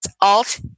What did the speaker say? Alt